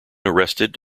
arrested